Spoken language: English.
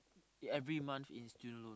every month in student loan